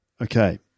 Okay